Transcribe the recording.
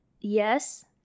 Yes